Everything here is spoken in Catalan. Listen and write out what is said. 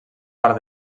part